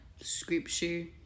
scripture